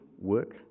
work